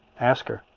ask her.